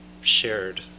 shared